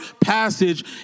passage